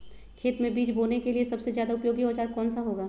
खेत मै बीज बोने के लिए सबसे ज्यादा उपयोगी औजार कौन सा होगा?